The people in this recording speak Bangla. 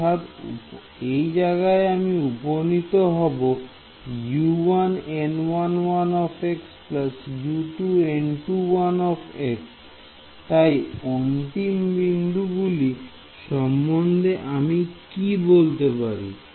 অর্থাৎ উপনীত হবে তাই অন্তিম বিন্দুগুলি সম্বন্ধে আমি কি বলতে পারি